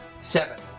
Seven